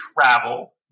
travel